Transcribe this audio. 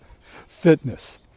fitness